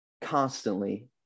constantly